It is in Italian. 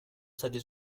stati